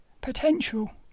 potential